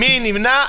מי נמנע?